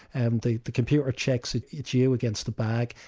and the the computer checks it's you against the bag,